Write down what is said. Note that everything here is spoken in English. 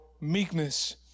meekness